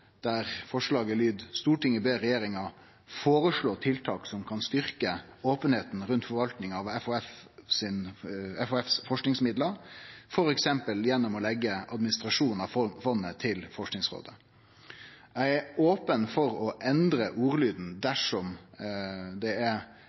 forslaget lyder: «Stortinget ber regjeringen foreslå tiltak som kan styrke åpenheten rundt forvaltningen av FHFs forskningsmidler, for eksempel å legge administrasjonen av fondet til Forskningsrådet.» Eg er open for å endre ordlyden